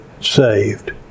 saved